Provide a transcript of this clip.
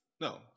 No